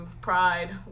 Pride